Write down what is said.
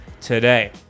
today